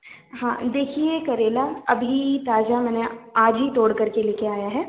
हाँ देखिए करेला अभी ताजा मैंने आज ही तोड़ करके लेके आया है